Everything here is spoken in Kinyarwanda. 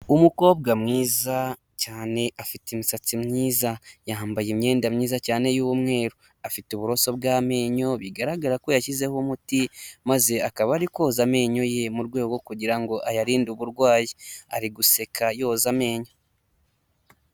Umukobwa mwiza cyane, afite imisatsi myiza, yambaye imyenda myiza cyane y'umweru, afite uburoso bw'amenyo, bigaragara ko yashyizeho umuti, maze akaba ari koza amenyo ye, mu rwego kugira ngo ayarinde uburwayi, ari guseka yoza amenyo.